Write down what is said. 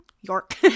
York